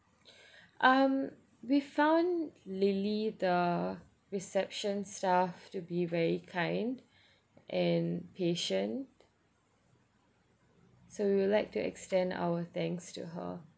um we found lily the reception staff to be very kind and patient so we would like to extend our thanks to her